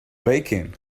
bacon